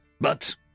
But